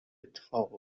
اتفاق